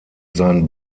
seinen